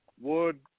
wood